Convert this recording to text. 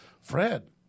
Fred